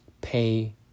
pay